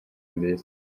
nziza